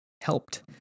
Helped